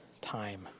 time